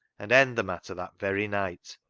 and end the matter that very night.